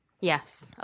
Yes